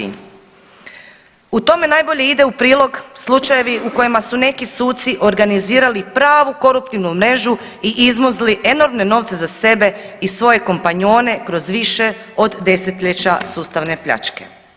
U tome najbolje ide u prilog slučajevi u kojima su neki suci organizirali pravu koruptivnu mrežu i izmuzli enormne novce za sebe i svoje kompanjone kroz više desetljeća sustavne pljačke.